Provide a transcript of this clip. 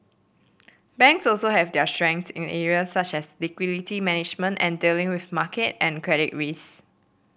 banks also have their strengths in areas such as liquidity management and dealing with market and credit risks